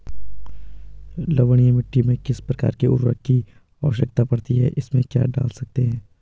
लवणीय मिट्टी में किस प्रकार के उर्वरक की आवश्यकता पड़ती है इसमें क्या डाल सकते हैं?